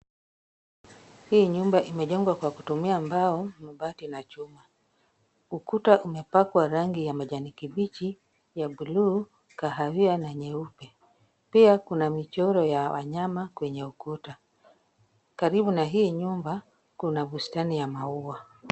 Hii nyumba imejengwa kwa kutumia mao, mabati na chuma. Ukuta umepakwa rangi ya majani kibichi, ya buluu, kahawia na nyeupe. Pia kuna michoro ya wanyama kwenye ukuta. Karibu na hii nyumba kuna bustani ya maua.